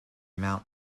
mount